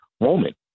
moment